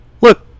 look